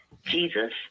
Jesus